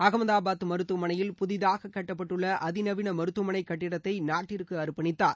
அகமதாபாத் மருத்துவமனையில் புதிதாக கட்டப்பட்டுள்ள அதிநவீன மருத்துவமனை கட்டிடத்தை நாட்டிற்கு அர்பணித்தார்